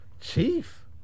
Chief